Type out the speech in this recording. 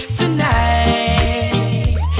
tonight